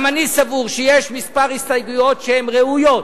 גם אני סבור שיש כמה הסתייגויות שהן ראויות,